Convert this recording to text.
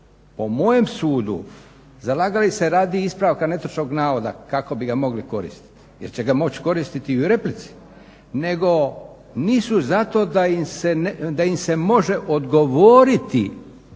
po mojem sudu zalagali se radi ispravka netočnog navoda kako bi ga mogli koristiti jer će ga moći koristiti i u replici nego nisu za to da im se može odgovoriti